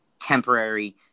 temporary